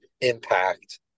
impact